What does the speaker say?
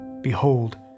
behold